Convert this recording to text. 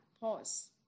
pause